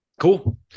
Cool